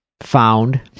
found